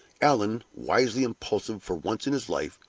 allan, wisely impulsive for once in his life,